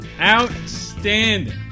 Outstanding